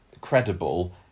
credible